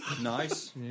Nice